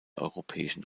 europäischen